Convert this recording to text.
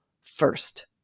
first